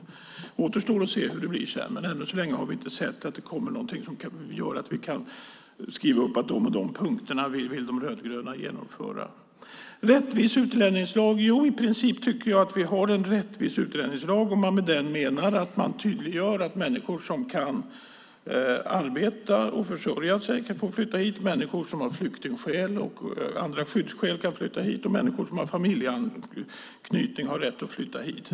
Det återstår att se hur det blir sedan, men ännu så länge har vi inte sett att det kommer någonting som gör att vi kan skriva upp att de och de punkterna vill De rödgröna genomföra. I princip tycker jag att vi har en rättvis utlänningslag om man med det menar att man tydliggör att människor som kan arbeta och försörja sig får flytta hit, att människor som har flyktingsskäl och andra skyddsskäl får flytta hit och att människor som har familjeanknytningar har rätt att flytta hit.